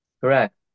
Correct